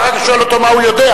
ואחר כך שואל אותו מה הוא יודע.